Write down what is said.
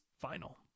final